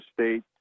State